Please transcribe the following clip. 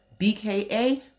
BKA